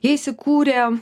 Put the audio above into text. jie įsikūrė